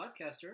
podcaster